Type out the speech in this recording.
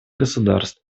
государств